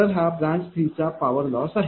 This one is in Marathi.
तर हा ब्रांच 3 चा पावर लॉस आहे